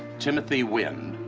timothy wind,